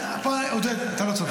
פה, עודד, אתה לא צודק.